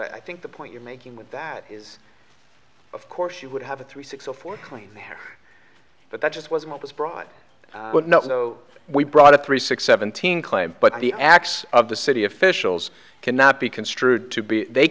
i think the point you're making with that is of course you would have a three six zero for clean hair but that just wasn't as broad but not so we brought up three six seventeen claims but the acts of the city officials cannot be construed to be they